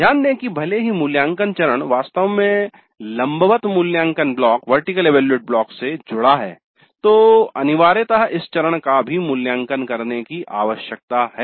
ध्यान दें कि भले हि मूल्यांकन चरण वास्तव में लंबवत मूल्यांकन ब्लॉक से जुड़ा है तो अनिवार्यतः इस चरण का भी मूल्यांकन करने की आवश्यकता है